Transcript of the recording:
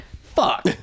fuck